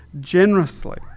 generously